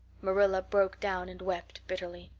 marilla broke down and wept bitterly.